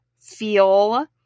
feel